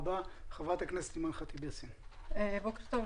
חברת הכנסת אימאן ח'טיב יאסין, בבקשה.